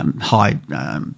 high